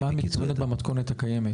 למה את מתכוונת במתכונת הקיימת?